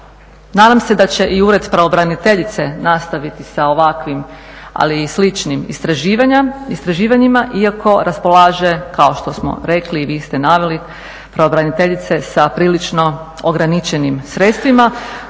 Nadam se da će i Ured pravobraniteljice nastaviti sa ovakvim, ali i sličnim istraživanjima iako raspolaže, kao što smo rekli i vi ste naveli pravobraniteljice sa prilično ograničenim sredstvima